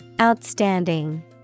Outstanding